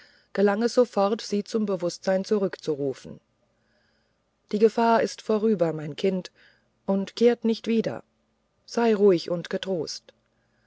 gelang es sofort sie zum bewußtsein zurückzurufen die gefahr ist vorüber mein kind und kehrt nicht wieder sei ruhig und getrost